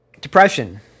depression